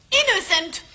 innocent